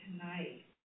tonight